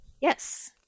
Yes